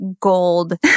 gold